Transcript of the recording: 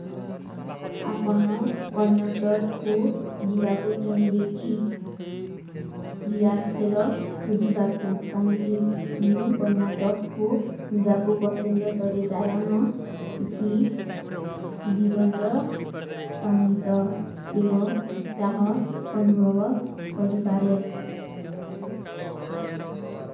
ଆପନା କନ୍ନାଟକ କୋ ଜୀବା କୋ ଚାହେଵେ କୀ। ଵିଯାର ଖେଲୋ ଦେଖିବା କୋ। କାଈଂକି ମୁଝେ କନ୍ନାଟକ କୋ ଜୀବା କୋ ପସଂଦ କରେ କାରଣ ହୈ। ଇଠୀ ଜୀବନତ, ସଂଗୀତ ଏବଂ ଉସ୍ସାହ ଅନୁଭଵ କରୀ ପାରେ।